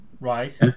right